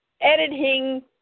editing